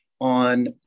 on